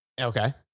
Okay